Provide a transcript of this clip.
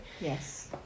Yes